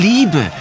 Liebe